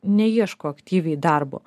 neieško aktyviai darbo